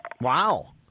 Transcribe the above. Wow